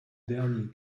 dernier